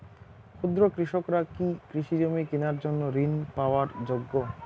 ক্ষুদ্র কৃষকরা কি কৃষিজমি কিনার জন্য ঋণ পাওয়ার যোগ্য?